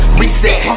reset